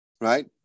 Right